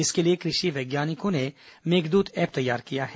इसके लिए वैज्ञानिकों ने मेघदूत ऐप तैयार किया है